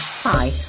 Hi